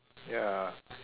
ya